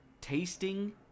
tasting